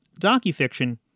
docufiction